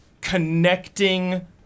connecting